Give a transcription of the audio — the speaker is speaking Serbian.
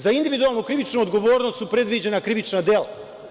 Za individualnu krivičnu odgovornost su predviđena krivična dela.